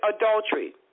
adultery